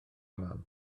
mam